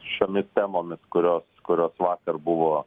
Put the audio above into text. šiomis temomis kurios kurios vakar buvo